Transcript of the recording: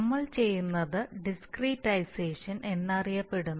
നമ്മൾ ചെയ്യുന്നത് ഡിസ്ക്രിടൈസേഷൻ എന്നറിയപ്പെടുന്നു